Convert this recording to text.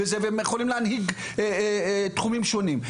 והם יכולים להנהיג תחומים שונים.